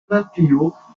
nativo